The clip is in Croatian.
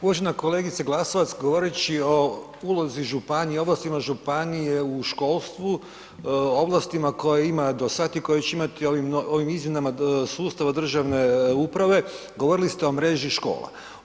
Uvažena kolegice Glasovac, govoreći o ulozi županije, ovlastima županije u školstvu, ovlastima koje ima do sad i koje imati ovim izmjenama sustava državne uprave, govorili ste o mreži škola.